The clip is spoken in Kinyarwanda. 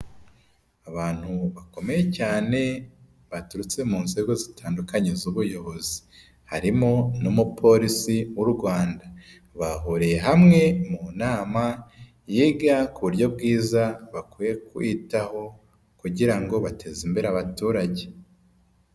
Abantu bakomeye cyane baturutse mu nzego zitandukanye z'ubuyobozi, harimo n'umupolisi w'u Rwanda, bahuriye hamwe mu nama yiga ku buryo bwiza bakwiye kwitaho kugira ngo bateze imbere abaturage.